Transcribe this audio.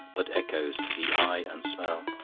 but echoes to the eye and smell.